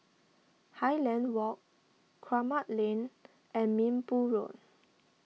Highland Walk Kramat Lane and Minbu Road